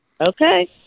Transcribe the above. Okay